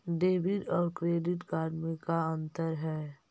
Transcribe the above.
Debit और credit card में का अंतर है?